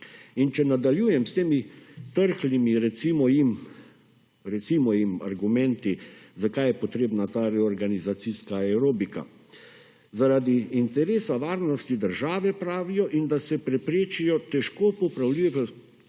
Če nadaljujem s temi prhlimi recimo jim argumenti zakaj je potrebna ta reorganizacijska aerobika, zaradi interesa varnosti države pravijo in da se preprečijo težko popravljive